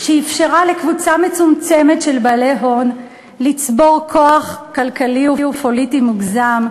שאפשרה לקבוצה מצומצמת של בעלי הון לצבור כוח כלכלי ופוליטי מוגזם,